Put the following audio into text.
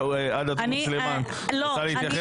חברת הכנסת עאידה תומא סלימאן, את רוצה להתייחס?